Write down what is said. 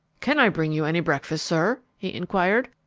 can i bring you any breakfast, sir? he enquired.